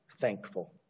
thankful